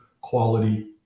quality